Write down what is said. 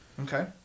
Okay